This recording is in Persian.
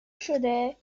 شده